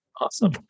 Awesome